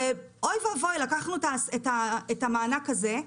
ואוי ואבוי לקחנו את המענק הזה,